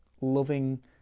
loving